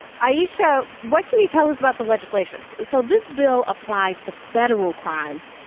ayesha, what can you tell us about the legislation? so this bill applies to federal crimes.